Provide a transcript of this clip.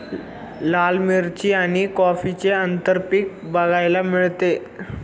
लाल मिरची आणि कॉफीचे आंतरपीक बघायला मिळते